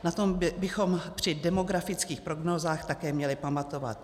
Na tom bychom při demografických prognózách také měli pamatovat.